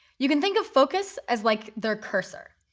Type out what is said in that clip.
you can think of focus as like their cursor.